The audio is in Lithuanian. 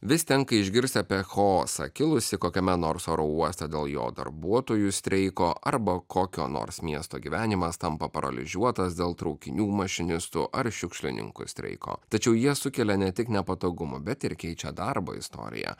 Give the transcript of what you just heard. vis tenka išgirsti apie chaosą kilusį kokiame nors oro uoste dėl jo darbuotojų streiko arba kokio nors miesto gyvenimas tampa paralyžiuotas dėl traukinių mašinistų ar šiukšlininkų streiko tačiau jie sukelia ne tik nepatogumų bet ir keičia darbo istoriją